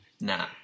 Nah